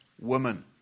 woman